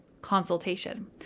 consultation